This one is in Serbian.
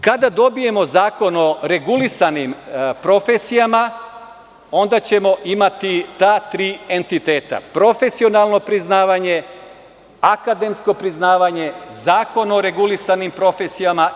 Kada dobijemo zakon o regulisanim profesijama, onda ćemo imati ta tri entiteta – profesionalno priznavanje, akademsko priznavanje, zakon o regulisanim profesijama.